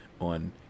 on